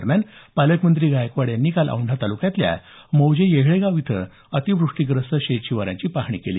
दरम्यान पालकमंत्री गायकवाड यांनी काल औंढा तालुक्यातल्या मौजे येहळेगाव इथ अतिवृष्टीग्रस्त शेत शिवाराची पाहणी केली